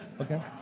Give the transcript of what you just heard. Okay